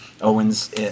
Owens